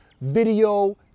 video